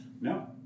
No